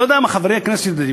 אני לא יודע אם חברי הכנסת יודעים: